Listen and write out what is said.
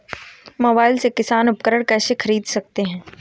Mobile से किसान उपकरण कैसे ख़रीद सकते है?